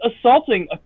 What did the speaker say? assaulting